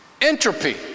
entropy